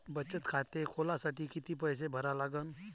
बचत खाते खोलासाठी किती पैसे भरा लागन?